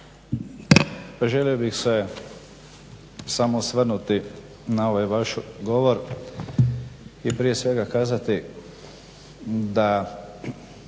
Pa želio bih se samo osvrnuti na ovaj vaš govor i prije svega kazati da